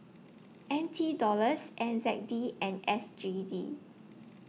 N T Dollars N Z D and S G D